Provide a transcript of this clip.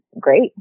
great